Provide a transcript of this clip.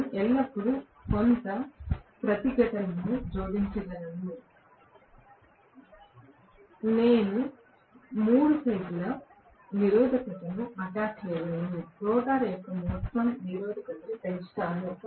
నేను ఎల్లప్పుడూ కొంత ప్రతిఘటనను జోడించగలను నేను 3 ఫేజ్ల నిరోధకతను అటాచ్ చేయగలను రోటర్ యొక్క మొత్తం నిరోధకతను పెంచుతాను